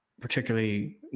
particularly